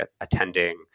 attending